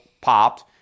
popped